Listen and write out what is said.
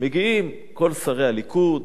מגיעים כל שרי הליכוד,